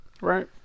Right